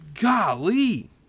golly